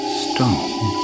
stone